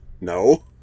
No